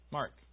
Mark